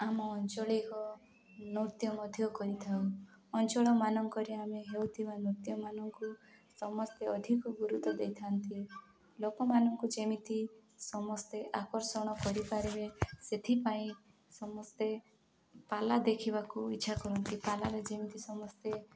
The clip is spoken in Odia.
ଆମ ଅଞ୍ଚଳିକ ଏକ ନୃତ୍ୟ ମଧ୍ୟ କରିଥାଉ ଅଞ୍ଚଳମାନଙ୍କରେ ଆମେ ହେଉଥିବା ନୃତ୍ୟମାନଙ୍କୁ ସମସ୍ତେ ଅଧିକ ଗୁରୁତ୍ୱ ଦେଇଥାନ୍ତି ଲୋକମାନଙ୍କୁ ଯେମିତି ସମସ୍ତେ ଆକର୍ଷଣ କରିପାରିବେ ସେଥିପାଇଁ ସମସ୍ତେ ପାଲା ଦେଖିବାକୁ ଇଚ୍ଛା କରନ୍ତି ପାଲାରେ ଯେମିତି ସମସ୍ତେ